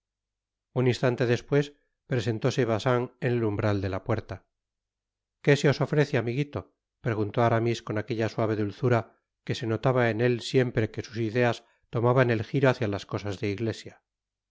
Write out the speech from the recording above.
un instante despues presentóse bacin en el umbral de la puerta qué se os ofrece amiguito preguntó aramis con aquella suave dulzura que se notaba en él siempre que sus ideas tomaban el jiro hácia las cosas de iglesia